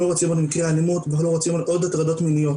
אנחנו לא רוצים עוד מקרי אלימות ואנחנו לא רוצים עוד הטרדות מיניות